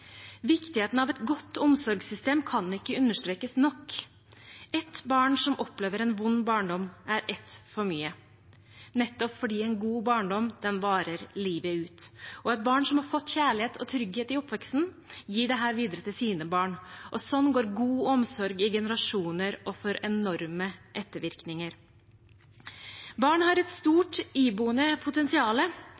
Viktigheten av et godt omsorgssystem kan ikke understrekes nok. Ett barn som opplever en vond barndom, er ett for mye, nettopp fordi en god barndom varer livet ut. Et barn som har fått kjærlighet og trygghet i oppveksten, gir dette videre til sine barn, og slik går god omsorg i generasjoner og får enorme ettervirkninger. Barn har et